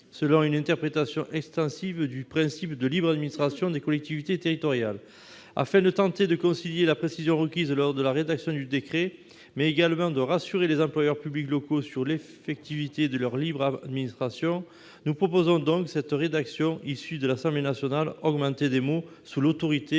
selon une interprétation extensive du principe de libre administration des collectivités territoriales. Afin de tenter de concilier la précision requise lors de la rédaction du décret, mais également de rassurer les employeurs publics locaux sur l'effectivité de leur libre administration, nous proposons donc de rétablir la rédaction issue de l'Assemblée nationale, augmentée des mots « sous l'autorité